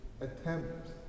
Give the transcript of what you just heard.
attempts